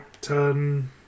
turn